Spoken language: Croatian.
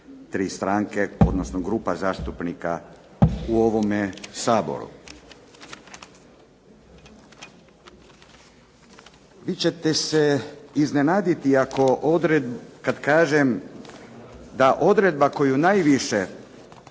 tri stranke, odnosno grupa zastupnika u ovome Saboru. Vi ćete se iznenaditi kada kažem da odredba koju najviše